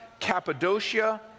Cappadocia